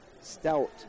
Stout